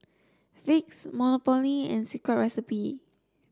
Vicks Monopoly and Secret Recipe